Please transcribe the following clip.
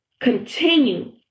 continue